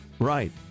Right